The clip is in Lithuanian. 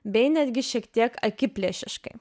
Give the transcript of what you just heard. bei netgi šiek tiek akiplėšiškai